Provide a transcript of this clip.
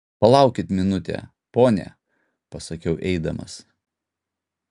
palaukit minutę pone pasakiau eidamas